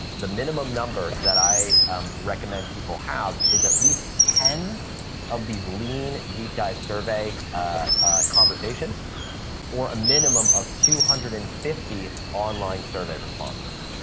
the minimum number that i um recommend people have is at least ten of these lean deep dive survey conversations or a minimum of two hundred and fifty online survey responses.